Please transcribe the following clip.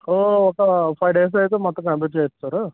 ఓ ఒక five days అయితే మొత్తం కంప్లీట్ చేస్తారు